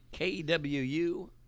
KWU